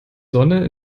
sonne